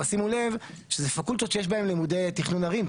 אבל שימו לב שאלה פקולטות שיש בהם לימודי תכנון ערים,